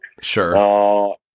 Sure